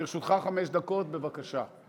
לרשותך חמש דקות, בבקשה.